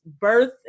birth